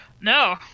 No